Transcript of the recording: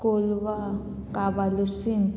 Colva कावालुसीम